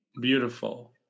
Beautiful